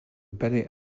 palais